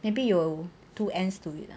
maybe 有 two ends to it lah